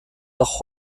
nach